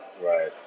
right